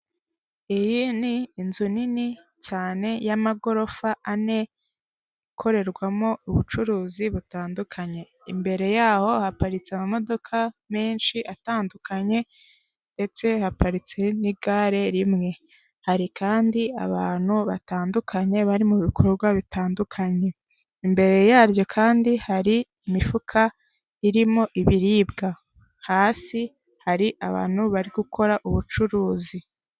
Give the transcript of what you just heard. Iyi ni inzu nini cyane y'amagorofa ane akorerwamo ubucuruzi butandukanye, imbere yaho haparitse amamodoka menshi atandukanye ndetse haparitse n'igare rimwe, hari kandi abantu batandukanye bari mu bikorwa bitandukanye, imbere yaryo kandi hari imifuka irimo ibiribwa hasi hari abantu bari gukora ubucuruzi.